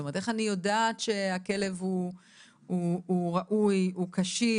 איך אני יודעת שהכלב הוא ראוי, הוא כשיר?